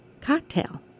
cocktail